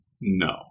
no